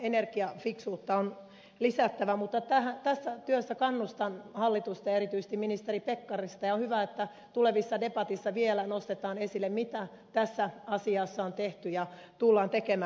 energiafiksuutta on lisättävä mutta tässä työssä kannustan hallitusta ja erityisesti ministeri pekkarista ja on hyvä että tulevassa debatissa vielä nostetaan esille se mitä tässä asiassa on tehty ja tullaan tekemään